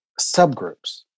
subgroups